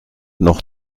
noch